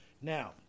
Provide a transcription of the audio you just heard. Now